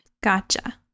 Gotcha